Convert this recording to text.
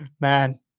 man